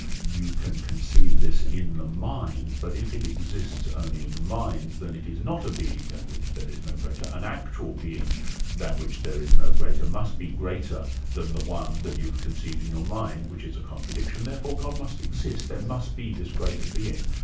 you can conceive this in the mind, but if it exists only in the mind, then it is not a being than which there is no greater. an actual being than which there is no greater, must be greater than the one that you've conceived in your mind, which is a contradiction, therefore god must exist, there must be this greater being.